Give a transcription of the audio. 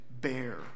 bear